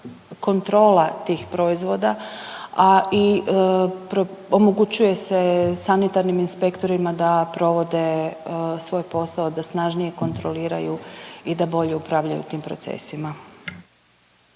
kontrola tih proizvoda, a i omogućuje se sanitarnim inspektorima da provode svoj posao, da snažnije kontroliraju i da bolje upravljaju tim procesima.